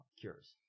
cures